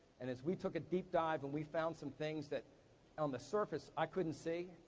and as we took a deep dive and we found some things that on the surface i couldn't see,